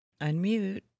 Unmute